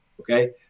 okay